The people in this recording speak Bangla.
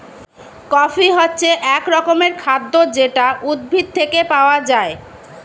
কফি হচ্ছে এক রকমের খাদ্য যেটা উদ্ভিদ থেকে পাওয়া যায়